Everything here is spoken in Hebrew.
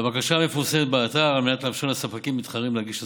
והבקשה מפורסמת באתר על מנת לאפשר לספקים מתחרים להגיש השגות.